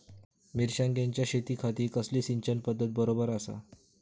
मिर्षागेंच्या शेतीखाती कसली सिंचन पध्दत बरोबर आसा?